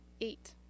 Eight